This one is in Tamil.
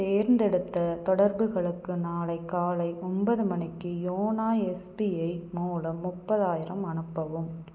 தேர்ந்தெடுத்த தொடர்புகளுக்கு நாளை காலை ஒன்பது மணிக்கு யோனோ எஸ்பிஐ மூலம் முப்பதாயிரம் அனுப்பவும்